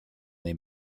they